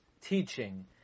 teaching